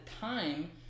time